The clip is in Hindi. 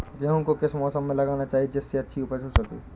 गेहूँ को किस मौसम में लगाना चाहिए जिससे अच्छी उपज हो सके?